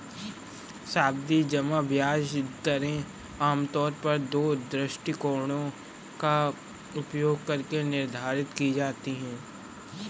सावधि जमा ब्याज दरें आमतौर पर दो दृष्टिकोणों का उपयोग करके निर्धारित की जाती है